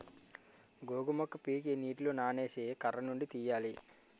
గోగు మొక్క పీకి నీటిలో నానేసి కర్రనుండి తీయాలి